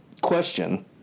Question